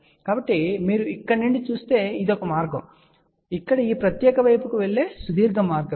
కాబట్టి మీరు ఇక్కడ నుండి చూస్తే ఇది ఒక మార్గం మరియు ఇక్కడ ఈ ప్రత్యేకమైన వైపుకు వెళ్ళే సుదీర్ఘ మార్గం ఇది